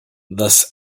thus